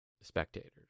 spectators